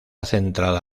centrada